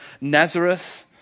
Nazareth